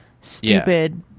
stupid